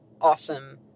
awesome